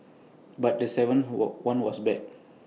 but the seventh what one was bad